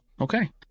Okay